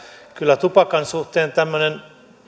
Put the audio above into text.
kyllä tupakan suhteen tämmöinen